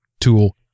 tool